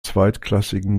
zweitklassigen